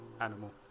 animal